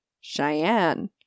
Cheyenne